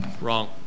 Wrong